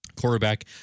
quarterback